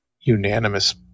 unanimous